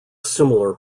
similar